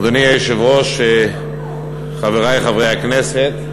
אדוני היושב-ראש, חברי חברי הכנסת,